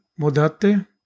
modate